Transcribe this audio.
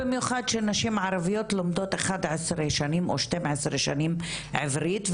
במיוחד כשנשים ערביות לומדות 11 או 12 שנים עברית,